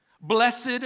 Blessed